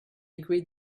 agreed